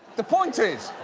the point is,